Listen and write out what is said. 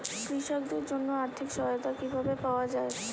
কৃষকদের জন্য আর্থিক সহায়তা কিভাবে পাওয়া য়ায়?